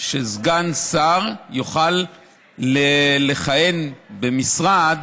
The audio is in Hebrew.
שסגן שר יוכל לכהן במשרד